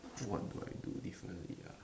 what do I do if I meet a